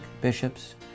bishops